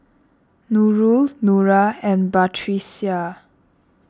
Nurul Nura and Batrisya